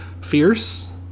fierce